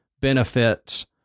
benefits